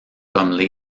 comme